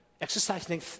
exercising